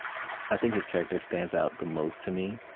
i think his character stands out the most, to me.